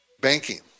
banking